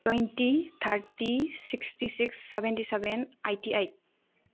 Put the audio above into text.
twenty thirty sixty six seventy seven eighty eight